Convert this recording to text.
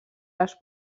les